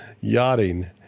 yachting